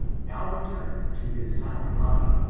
now returned to his sound mind,